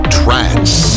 trance